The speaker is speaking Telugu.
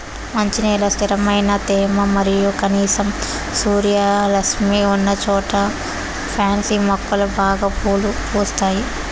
మంచి నేల, స్థిరమైన తేమ మరియు కనీసం సూర్యరశ్మి ఉన్నచోట పాన్సి మొక్కలు బాగా పూలు పూస్తాయి